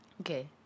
Okay